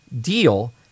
deal